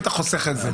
היית חוסך את זה.